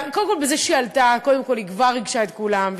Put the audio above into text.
קודם כול, בזה שהיא עלתה היא כבר ריגשה את כולם.